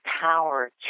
power